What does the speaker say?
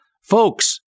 Folks